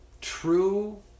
true